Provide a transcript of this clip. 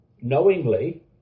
knowingly